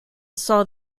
saw